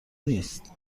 نیست